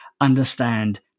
understand